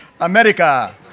America